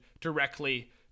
directly